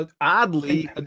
Oddly